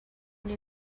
know